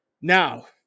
now